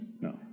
No